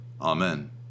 Amen